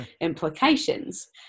implications